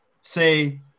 say